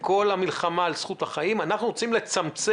בכל המלחמה על זכות החיים, אנחנו רוצים לצמצם